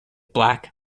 black